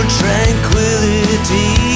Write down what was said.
tranquility